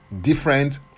different